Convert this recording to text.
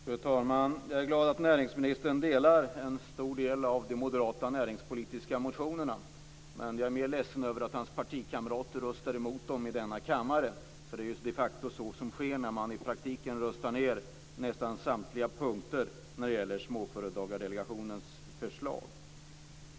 Fru talman! Jag är glad att näringsministern instämmer i en stor del av de moderata näringspolitiska motionerna. Men jag är mer ledsen över att hans partikamrater röstar emot dem i denna kammare, för det är de facto så som sker när man i praktiken röstar ned nästan samtliga punkter i Småföretagsdelegationens förslag.